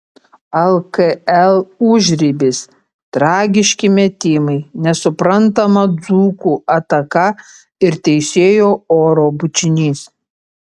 lkl užribis tragiški metimai nesuprantama dzūkų ataka ir teisėjo oro bučinys